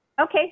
Okay